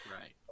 Right